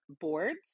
boards